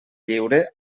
lliure